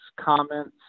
comments